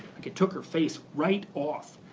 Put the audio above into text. like it took her face right off,